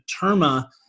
terma